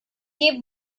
give